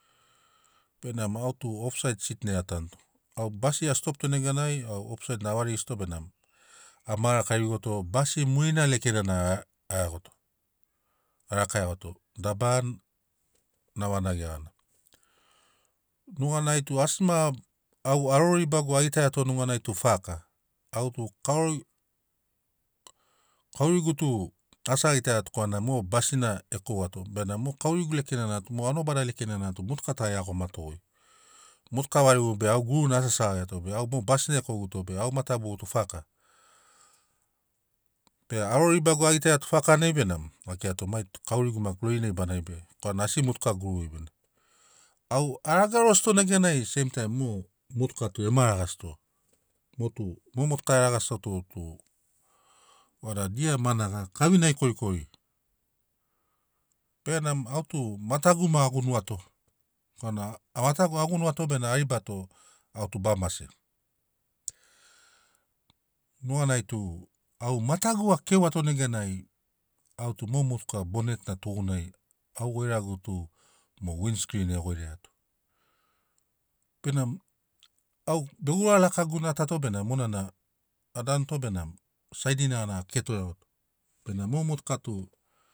Benamo au tu ofsaid sit nai atanuto au bas ia stopto neganai ofsaid na a varigisito benamo ama raka rigoto basi murina lekena na a a iagoto a raka iagoto dabara na vanagia gana nuganai tu asi ma au aroriba agitaiato tu faka au tu kau kaurigu tu asi agitaiato korana mo basin a ekouato benamo mo kaurigu lekenana mo anuabada lekenana tu motuka ta e iagomato goi motuka varigu be au guruna asi a segagiato be au mo basin a ekouguto be au mataborutu faka be aroribagu a gitaiato faka nai benamo a kirato mai tu kaurigu maki lorinai banagi be korana asi motuka gururi bene au a ragarosito motu mo- motuka e ragasito tu vaga dia managa kavinagi korikori benamo au tu matagu mo a nuguato korana au matagu a gunuato benamo au tu a ribato au tub a mase. Nuganai tu au matagu akeuato neganai au tum o motuka bonet na tugunai au goiragu tum o winscrin e goiraiato benamo au be gura lakaguni atato benamo monana a danu to benamo saidina na a keto iagoto benamo mo motuka tu